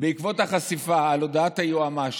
"בעקבות החשיפה ב ynet על הודעת היועמ"ש